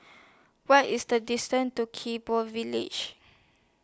What IS The distance to Gek Poh Village